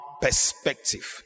perspective